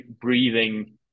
breathing